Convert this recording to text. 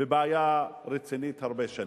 בבעיה רצינית הרבה שנים,